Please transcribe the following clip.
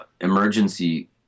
emergency